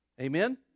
Amen